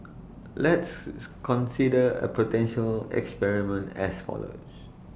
let's consider A potential experiment as follows